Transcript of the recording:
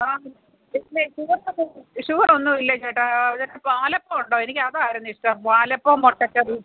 ആ ഷുഗറൊന്നും ഇല്ല ചേട്ടാ പാലപ്പം ഉണ്ടോ എനിക്കതായിരുന്നു ഇഷ്ടം പാലപ്പവും മുട്ടക്കറിയും